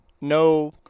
no